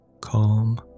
Calm